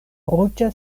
ruĝa